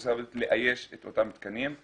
באוכלוסייה הבדואית לאייש את אותם תקנים.